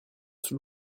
sous